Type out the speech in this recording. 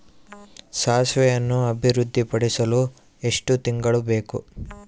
ಸಾಸಿವೆಯನ್ನು ಅಭಿವೃದ್ಧಿಪಡಿಸಲು ಎಷ್ಟು ತಿಂಗಳು ಬೇಕು?